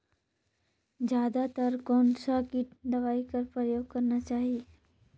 जादा तर कोन स किट दवाई कर प्रयोग करना चाही?